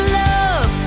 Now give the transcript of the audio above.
love